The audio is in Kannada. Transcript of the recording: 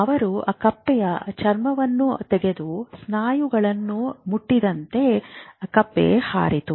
ಅವನು ಕಪ್ಪೆಯ ಚರ್ಮವನ್ನು ತೆಗೆಯುತ್ತಿದ್ದನು ಮತ್ತು ಅದು ಸ್ನಾಯುಗಳನ್ನು ಮುಟ್ಟುತ್ತಿದ್ದಂತೆ ಕಪ್ಪೆ ಹಾರಿತು